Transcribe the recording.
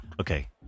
Okay